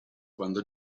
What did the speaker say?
quando